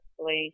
place